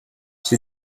she